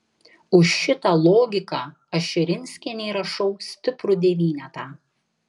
už šitą logiką aš širinskienei rašau stiprų devynetą